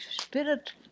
Spirit